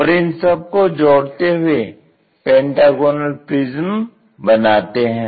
और इन सब को जोड़ते हुए पेंटागोनल प्रिज्म बनाते हैं